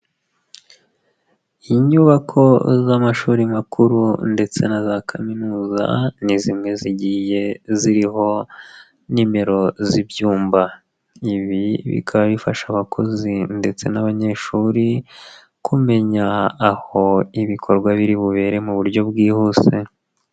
Inyubako z'amashuri makuru ndetse na za kaminuza, ni zimwe zigiye ziriho nimero z'ibyumba, ibi bikaba bifasha abakozi ndetse n'abanyeshuri, kumenya aho ibikorwa biri bubere mu buryo bwihuse.